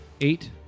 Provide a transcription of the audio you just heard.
Eight